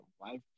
Life